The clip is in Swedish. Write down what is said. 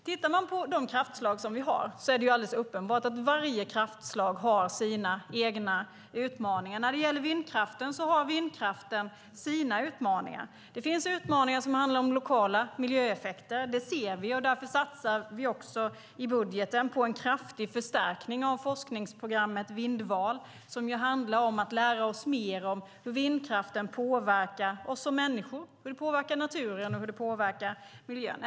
Tittar man på de kraftslag som vi har ser man att det är alldeles uppenbart att varje kraftslag har sina egna utmaningar. Vindkraften har sina utmaningar. Det finns utmaningar som handlar om lokala miljöeffekter. Det ser vi, och därför satsar vi också i budgeten på en kraftig förstärkning av forskningsprogrammet Vindval, som ju handlar om att lära oss mer om hur vindkraften påverkar oss som människor, hur den påverkar naturen och hur den påverkar miljön.